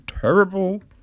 terrible